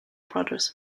brothers